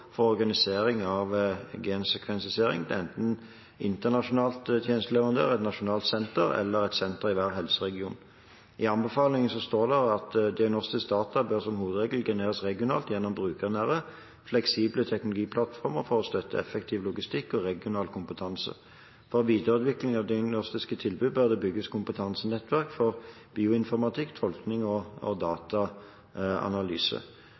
for organisering av gensekvensering. Det er enten internasjonal tjenesteleverandør, et nasjonalt senter eller et senter i hver helseregion. I anbefalingen står det: «Diagnostiske data bør som hovedregel genereres regionalt gjennom brukernære, fleksible teknologiplattformer for å støtte effektiv logistikk og regional kompetanse. For videreutvikling av diagnostiske tilbud bør det bygges kompetansenettverk for bioinformatikk, tolkning og dataanalyse.»